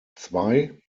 zwei